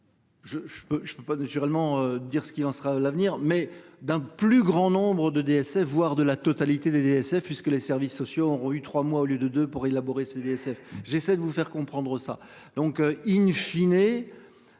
je ne peux pas naturellement dire ce qu'il en sera l'avenir, mais d'un plus grand nombre de DSF, voire de la totalité des DSF puisque les services sociaux ont eu trois mois au lieu de deux pour élaborer ces ISF j'essaie de vous faire comprendre ça donc in fine